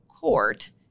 court